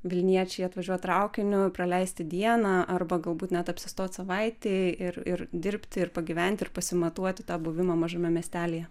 vilniečiai atvažiuot traukiniu praleisti dieną arba galbūt net apsistot savaitei ir ir dirbti ir pagyventi ir pasimatuoti tą buvimą mažame miestelyje